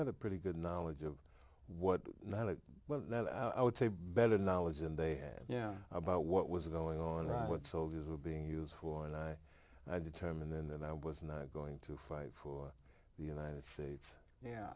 had a pretty good knowledge of what not to but that i would say better knowledge than they had yeah about what was going on what soldiers were being used for and i i determined then that i was not going to fight for the united states yeah